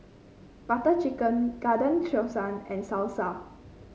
Butter Chicken Garden Stroganoff and Salsa